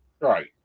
Right